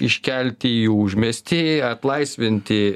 iškelti į užmiestį atlaisvinti